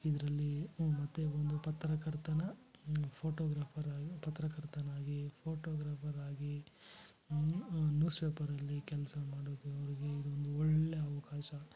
ಇದರಲ್ಲಿ ಮತ್ತು ಒಂದು ಪತ್ರಕರ್ತನ ಫೋಟೋಗ್ರಾಫರಾಗಿ ಪತ್ರಕರ್ತನಾಗಿ ಫೋಟೋಗ್ರಾಫರಾಗಿ ನ್ಯೂಸ್ ಪೇಪರಲ್ಲಿ ಕೆಲಸ ಮಾಡೋದು ಅವ್ರಿಗೆ ಇದೊಂದು ಒಳ್ಳೆ ಅವಕಾಶ